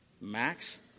max